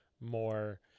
more